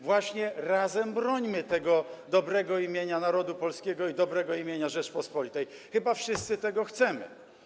Właśnie razem brońmy tego dobrego imienia narodu polskiego i dobrego imienia Rzeczypospolitej, chyba wszyscy tego chcemy.